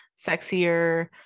sexier